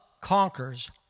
conquers